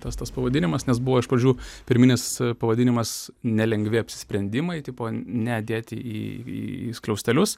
tas tas pavadinimas nes buvo iš pradžių pirminis pavadinimas nelengvi apsisprendimai tipo ne dėti į į skliaustelius